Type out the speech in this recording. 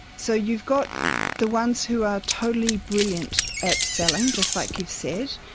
so you've got the ones who are totally brilliant at selling, just like you've said,